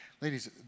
ladies